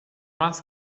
است